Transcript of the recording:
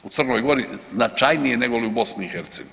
U Crnoj Gori značajnije negoli u BiH.